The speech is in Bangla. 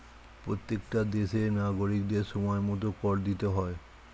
প্রত্যেকটা দেশের নাগরিকদের সময়মতো কর দিতে হয়